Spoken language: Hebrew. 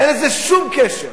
אין לזה שום קשר.